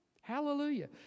Hallelujah